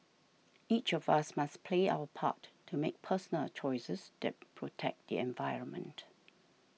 each of us must play our part to make personal choices that protect the environment